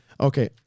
Okay